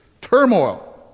turmoil